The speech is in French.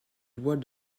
lois